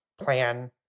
plan